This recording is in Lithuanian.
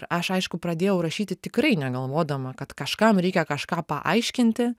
aš aišku pradėjau rašyti tikrai negalvodama kad kažkam reikia kažką paaiškinti